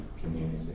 community